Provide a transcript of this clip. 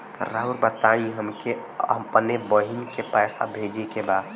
राउर बताई हमके अपने बहिन के पैसा भेजे के बा?